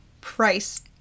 price